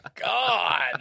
God